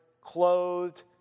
clothed